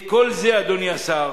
את כל זה, אדוני השר,